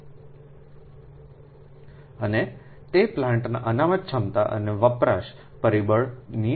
અને c તે પ્લાન્ટની અનામત ક્ષમતા અને d વપરાશ પરિબળની